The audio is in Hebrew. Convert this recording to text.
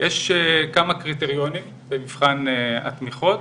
יש כמה קריטריונים במבחן התמיכות.